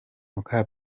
muka